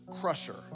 crusher